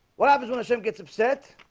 what happens when the sim gets upset